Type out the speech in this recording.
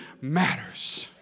matters